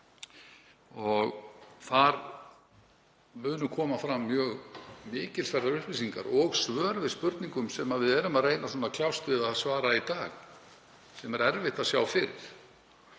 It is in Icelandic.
Þar munu koma fram mjög mikilsverðar upplýsingar og svör við spurningum sem við erum að reyna að svara í dag, sem er erfitt að sjá fyrir,